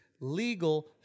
legal